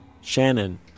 Shannon